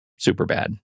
Superbad